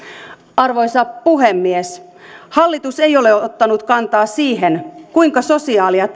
arvoisa puhemies hallitus ei ole ottanut kantaa siihen kuinka sosiaali ja